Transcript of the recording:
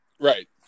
Right